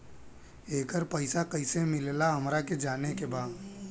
येकर पैसा कैसे मिलेला हमरा के जाने के बा?